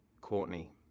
Courtney